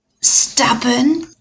stubborn